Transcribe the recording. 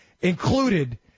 included